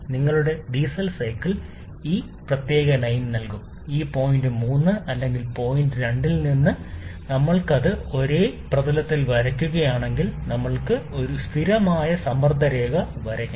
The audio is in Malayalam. നിങ്ങളുടെ ഡീസൽ സൈക്കിൾ ഈ പ്രത്യേക ലൈൻ നൽകും ഈ പോയിന്റ് 3 'അല്ലെങ്കിൽ പോയിന്റ് 2 ൽ നിന്ന് ഞങ്ങൾ അത് Ts വിമാനത്തിൽ വരയ്ക്കുകയാണെങ്കിൽ ഞങ്ങൾ സ്ഥിരമായ ഒരു സമ്മർദ്ദ രേഖ വരയ്ക്കണം